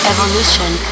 Evolution